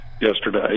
yesterday